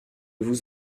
vous